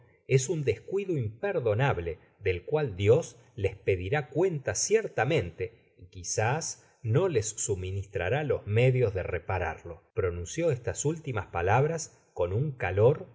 es un descuido imperdonable del caal dios les pedirá cuenta ciertamente y quizás no les suministrará los medios de repararlo pronunció estas últimas palabras con un calor